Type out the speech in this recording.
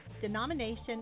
Denomination